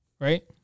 Right